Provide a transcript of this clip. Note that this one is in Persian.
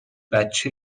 بچه